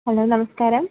hello നമസ്ക്കാരം